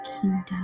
kingdom